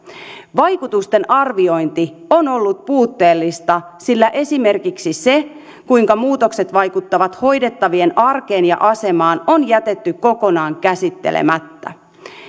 vaikutusten arviointi on ollut puutteellista sillä esimerkiksi se kuinka muutokset vaikuttavat hoidettavien arkeen ja asemaan on jätetty kokonaan käsittelemättä